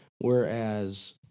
Whereas